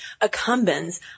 accumbens